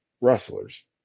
wrestlers